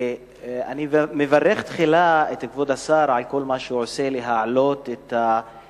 אני מברך תחילה את כבוד השר על כל מה שהוא עושה להעלאת האיכות,